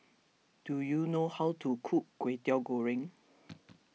do you know how to cook Lwetiau Goreng